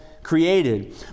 Created